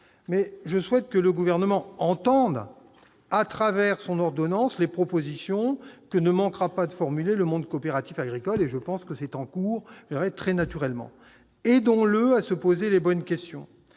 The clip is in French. Je souhaite que le Gouvernement entende, au travers de son ordonnance, les propositions que ne manquera pas de formuler le monde coopératif agricole. Je pense que c'est en cours, très naturellement. Eh oui ! Aidons-le à se poser les bonnes questions.